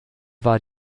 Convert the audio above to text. war